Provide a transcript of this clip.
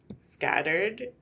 scattered